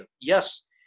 Yes